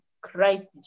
Christ